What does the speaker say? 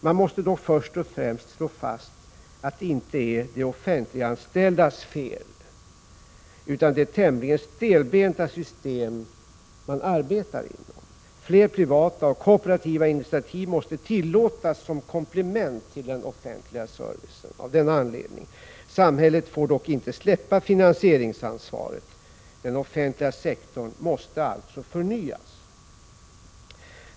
Det måste dock först och främst slås fast att det inte är de offentliganställdas fel, utan det beror på det tämligen stelbenta system de arbetar inom. Fler privata och kooperativa initiativ måste tillåtas som komplement till den offentliga servicen. Samhället får dock inte släppa finansieringsansvaret. Den offentliga sektorn måste alltså förnyas.